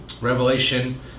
Revelation